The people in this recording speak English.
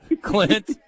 Clint